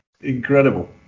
incredible